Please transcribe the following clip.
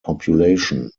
population